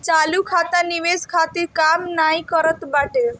चालू खाता निवेश खातिर काम नाइ करत बाटे